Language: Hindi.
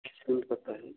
किसको पता है